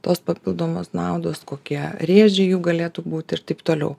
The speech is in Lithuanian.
tos papildomos naudos kokie rėžiai jų galėtų būti ir taip toliau